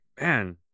man